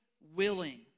willing